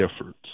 efforts